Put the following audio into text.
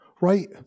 right